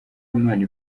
impano